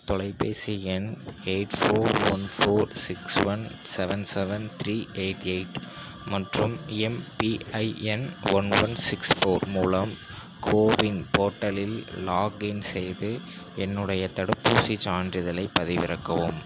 தொலைபேசி எண் eight four one four six one seven seven three eight eight மற்றும் MPIN one one six four மூலம் கோவின் போர்ட்டலில் login செய்து என்னுடைய தடுப்பூசிச் சான்றிதழைப் பதிவிறக்கவும்